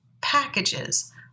packages